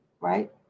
right